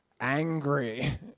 angry